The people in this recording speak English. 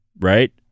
right